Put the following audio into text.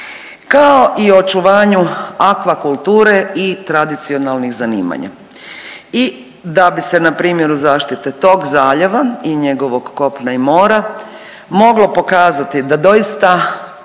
kao i očuvanju akvakulture i tradicionalnih zanimanja. I da bi se na primjeru zaštite tog zaljeva i njegovog kopna i mora moglo pokazati da doista